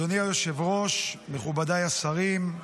אדוני היושב-ראש, מכובדיי השרים,